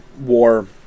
war